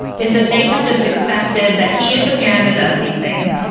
is that they have just accepted that he is the parent that does these things.